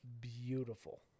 beautiful